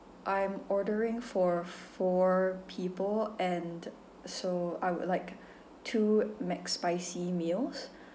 I'm ordering for four people and so I would like two McSpicy meals